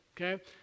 Okay